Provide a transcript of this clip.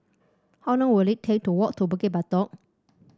how long will it take to walk to Bukit Batok